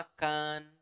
makan